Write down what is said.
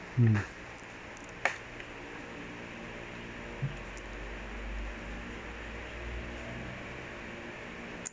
mm